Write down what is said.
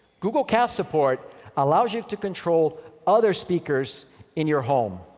google cast support allows you to control other speakers in your home,